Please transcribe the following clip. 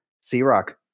C-Rock